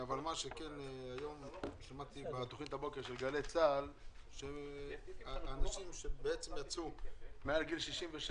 היום שמעתי בתוכנית של גלי צה"ל שאנשים שבעצם יצאו מעל גיל 67